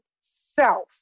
self